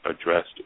addressed